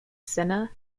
senna